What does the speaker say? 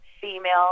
female